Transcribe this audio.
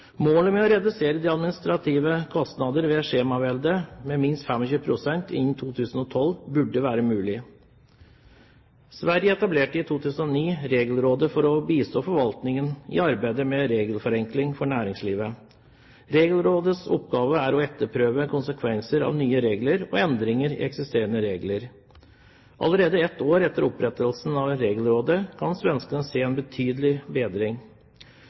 Målet om å redusere administrative kostnader ved skjemaveldet med minst 25 pst. innen 2012 burde være mulig å nå. Sverige etablerte i 2009 Regelrådet for å bistå forvaltningen i arbeidet med regelforenkling for næringslivet. Regelrådets oppgave er å etterprøve konsekvenser av nye regler og endringer i eksisterende regler. Allerede ett år etter opprettelsen av Regelrådet kan svenskene se en betydelig bedring.